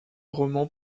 roman